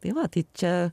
tai va tai čia